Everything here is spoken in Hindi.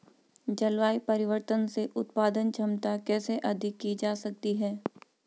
जलवायु परिवर्तन से उत्पादन क्षमता कैसे अधिक की जा सकती है?